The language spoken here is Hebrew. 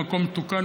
במקום מתוקן,